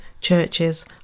churches